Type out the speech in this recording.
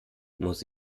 muss